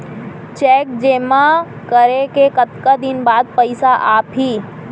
Cheque जेमा करे के कतका दिन बाद पइसा आप ही?